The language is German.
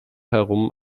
herum